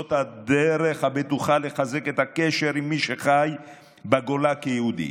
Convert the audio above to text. זאת הדרך הבטוחה לחזק את הקשר עם מי שחי בגולה כיהודי,